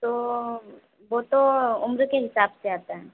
तो वो तो उम्र के हिसाब से आता है